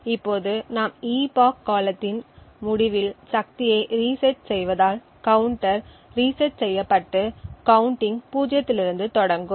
இப்போது நாம் epoch காலத்தின் முடிவில் சக்தியை ரீசெட் செய்வதால் கவுண்டர் ரீசெட் செய்யப்பட்டு கவுன்டிங் பூஜ்ஜியத்திலிருந்து தொடங்கும்